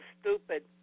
stupid